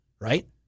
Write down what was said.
right